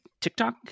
TikTok